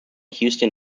houston